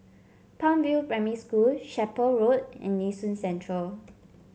Palm View Primary School Chapel Road and Nee Soon Central